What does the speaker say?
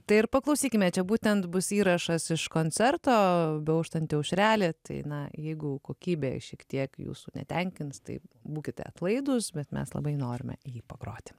tai ir paklausykime čia būtent bus įrašas iš koncerto beauštanti aušrelė tai na jeigu kokybė šiek tiek jūsų netenkins tai būkite atlaidūs bet mes labai norime jį pagroti